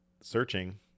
Searching